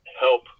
help